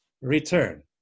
return